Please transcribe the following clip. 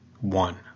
one